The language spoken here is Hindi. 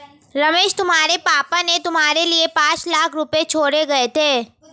रमेश तुम्हारे पापा ने तुम्हारे लिए पांच लाख रुपए छोड़े गए थे